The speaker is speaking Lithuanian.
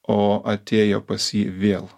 o atėjo pas jį vėl